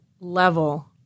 level